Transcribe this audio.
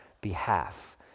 behalf